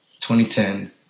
2010